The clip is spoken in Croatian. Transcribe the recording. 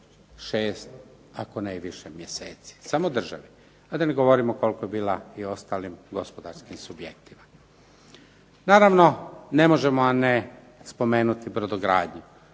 6 ako ne i više mjeseci, samo državi. A da ne govorimo koliko je bila i ostalim gospodarskim subjektima. Naravno, ne možemo a da ne spomenemo brodogradnju,